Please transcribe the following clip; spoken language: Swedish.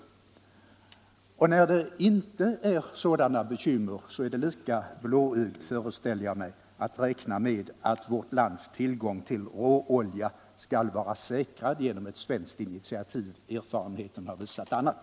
När det föreligger bekymmer för råoljeförsörjningen är det blåögt, föreställer jag mig, att räkna med att vårt lands tillgång till råolja skall vara säkrad genom ett svenskt initiativ. Erfarenheten har visat annat.